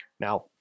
Now